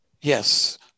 Yes